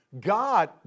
God